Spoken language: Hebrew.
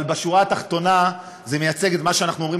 אבל בשורה התחתונה זה מייצג את מה שאנחנו אומרים